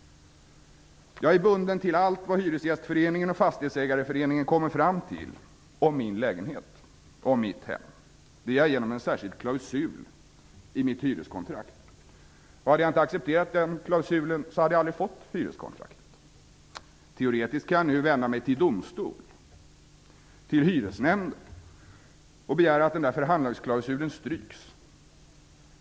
Jag är bunden till allt Hyresgästföreningen och Fastighetsägareföreningen kommer fram till om min lägenhet -- mitt hem. Det är jag genom en särskild klausul i mitt hyreskontrakt. Hade jag inte accepterat den klausulen hade jag aldrig fått hyreskontraktet. Teoretiskt kan jag nu vända mig till domstol -- till Hyresnämnden -- och begära att den förhandlingsklausulen stryks.